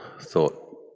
thought